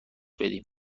بدیم